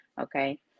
Okay